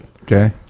Okay